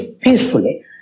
peacefully